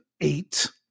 eight